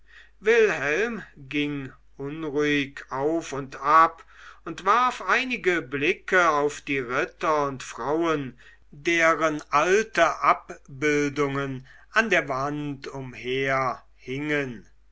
wilhelm ging unruhig auf und ab und warf einige blicke auf die ritter und frauen deren alte abbildungen an der wand umher hingen